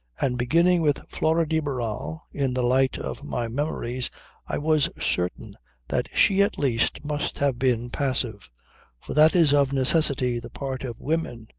and beginning with flora de barral, in the light of my memories i was certain that she at least must have been passive for that is of necessity the part of women,